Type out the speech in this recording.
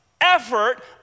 effort